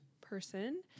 person